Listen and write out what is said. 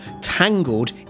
tangled